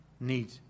need